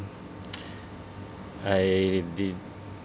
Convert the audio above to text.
I did